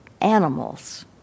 animals